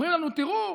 אומרים לנו: תראו,